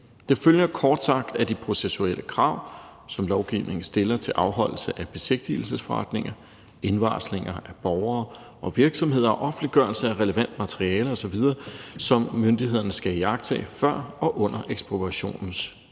Det følger kort sagt af de processuelle krav, som lovgivningen stiller, til afholdelse af besigtigelsesforretninger, indvarsling af borgere og virksomheder, offentliggørelse af relevant materiale osv., som myndighederne skal iagttage før og under ekspropriationens